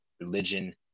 religion